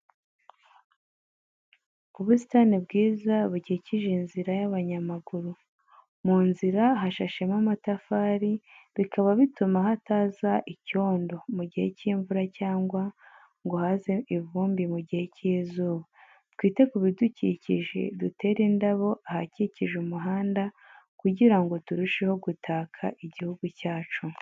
Ubusitani bwiza bukikije inzira y'abanyamaguru, Mu nzira hashashemo amatafari, bikaba bituma hataza icyondo mu gihe cy'imvura cyangwa ngo haze ivumbi mu gihe cy'izuba. Twite ku bidukikije, dutere indabo ahakikije umuhanda kugira ngo turusheho gutaka igihugu cyacu.